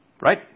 Right